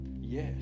yes